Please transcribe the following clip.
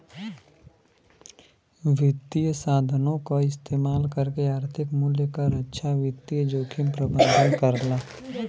वित्तीय साधनों क इस्तेमाल करके आर्थिक मूल्य क रक्षा वित्तीय जोखिम प्रबंधन करला